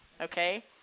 okay